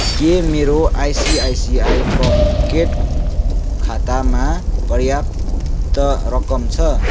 के मेरो ICICI pocket खातामा पर्याप्त रकम छ